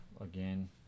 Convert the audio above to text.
again